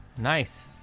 Nice